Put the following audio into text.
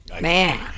Man